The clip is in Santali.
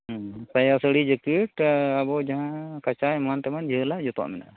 ᱥᱟᱭᱟ ᱥᱟᱹᱲᱤ ᱡᱮᱠᱮᱴ ᱟᱵᱚ ᱡᱟᱦᱟᱸ ᱠᱟᱪᱷᱟ ᱮᱢᱟᱱ ᱛᱮᱢᱟᱱ ᱡᱷᱟᱹᱞᱟᱜ ᱡᱚᱛᱚᱣᱟᱜ ᱢᱮᱱᱟᱜᱼᱟ